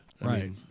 right